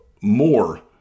more